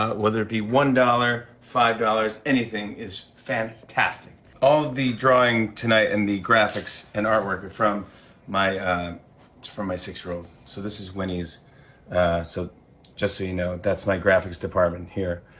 ah whether it be one dollars, five, anything is fantastic. all of the drawing tonight and the graphics and artwork are from my it's from my six year old. so this is winnie's. so just so you know, that's my graphics department here.